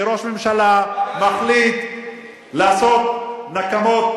שראש ממשלה מחליט לעשות נקמות,